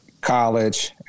college